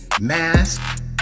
Mask